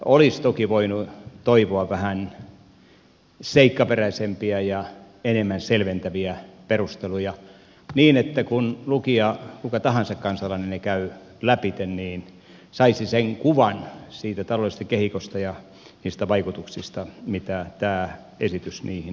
olisi toki voinut toivoa vähän seikkaperäisempiä ja enemmän selventäviä perusteluja niin että kun lukija kuka tahansa kansalainen ne käy lävitse niin hän saisi sen kuvan siitä taloudellisesta kehikosta ja niistä vaikutuksista mitä tämä esitys niihin tullessaan tuo